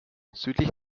südlich